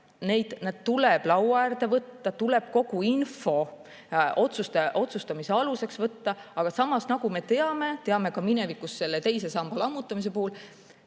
tuleb laua äärde võtta, tuleb kogu info otsustamise aluseks võtta. Nagu me teame, teame ka minevikust selle teise samba lammutamise puhul,